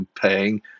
paying